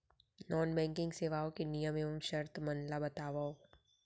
non banking सेवाओं के नियम एवं शर्त मन ला बतावव